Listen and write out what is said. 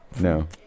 No